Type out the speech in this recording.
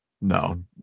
No